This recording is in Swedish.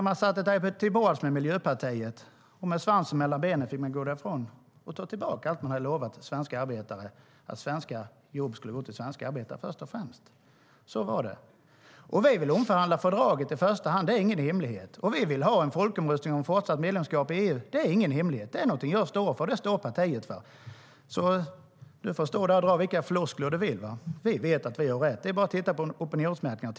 Man satte sig med Miljöpartiet, och med svansen mellan benen fick man gå därifrån och ta tillbaka allt man hade lovat svenska arbetare - att svenska jobb först och främst ska gå till svenska arbetare. Så var det. Du får dra vilka floskler du vill. Vi vet att vi har rätt. Det är bara att titta på opinionsmätningarna.